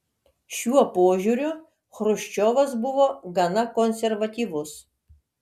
šiuo požiūriu chruščiovas buvo gana konservatyvus